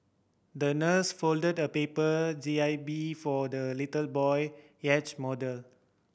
the nurse folded a paper J I B for the little boy yacht model